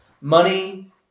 money